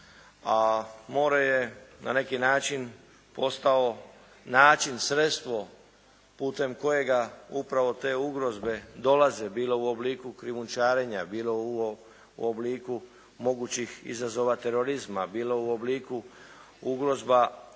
a more je na neki način postao način, sredstvo putem kojega upravo te ugroze dolaze bilo u obliku krijumčarenja, bilo u obliku mogućih izazova terorizma, bilo u obliku ugroza pod